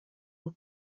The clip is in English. will